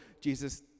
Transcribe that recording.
Jesus